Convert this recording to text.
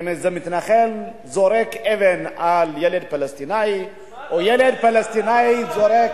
אם איזה מתנחל זורק אבן על ילד פלסטיני או ילד פלסטיני זורק,